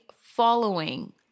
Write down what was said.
following